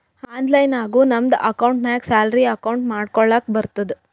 online ನಾಗು ನಮ್ದು ಅಕೌಂಟ್ಗ ಸ್ಯಾಲರಿ ಅಕೌಂಟ್ ಮಾಡ್ಕೊಳಕ್ ಬರ್ತುದ್